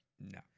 No